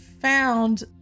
found